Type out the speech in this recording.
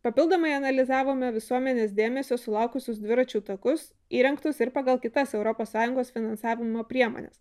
papildomai analizavome visuomenės dėmesio sulaukusius dviračių takus įrengtus ir pagal kitas europos sąjungos finansavimo priemones